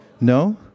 No